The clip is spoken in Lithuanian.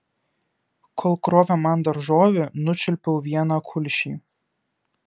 kol krovė man daržovių nučiulpiau vieną kulšį